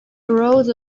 wrote